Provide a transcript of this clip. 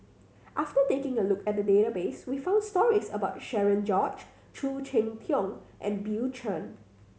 after taking a look at the database we found stories about Cherian George Khoo Cheng Tiong and Bill Chen